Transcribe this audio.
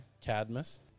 Cadmus